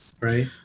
Right